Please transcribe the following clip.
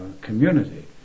community